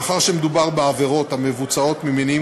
מאחר שמדובר בעבירות המבוצעות ממניעים